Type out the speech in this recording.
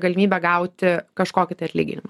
galimybę gauti kažkokį tai atlyginimą